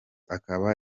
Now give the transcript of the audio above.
akaba